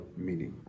meaning